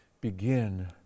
begin